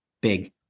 big